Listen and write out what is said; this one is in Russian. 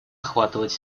охватывать